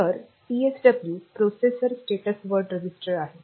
तर PSW processor status word register आहे